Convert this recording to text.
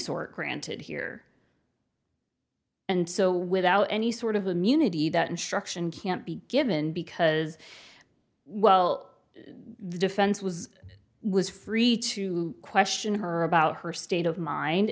sort granted here and so without any sort of immunity that instruction can't be given because well the defense was was free to question her about her state of mind